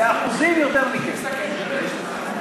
התשע"ד 2013, נתקבלה.